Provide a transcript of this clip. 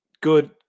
Good